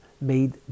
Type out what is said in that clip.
made